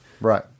Right